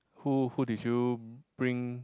who who did you bring